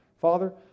Father